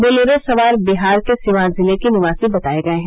Bolero सवार बिहार के सिवान जिले के निवासी बताए गये हैं